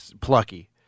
plucky